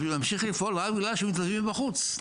הוא ממשיך לפעול רק בגלל שיש מתנדבים מבחוץ.